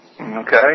Okay